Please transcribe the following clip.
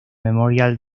memorial